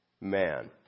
man